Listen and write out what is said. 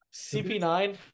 CP9